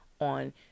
on